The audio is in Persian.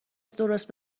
درست